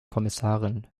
kommissarin